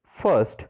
First